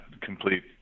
complete